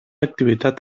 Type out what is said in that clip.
activitat